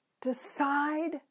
decide